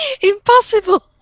impossible